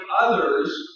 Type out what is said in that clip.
others